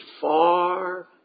far